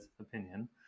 opinion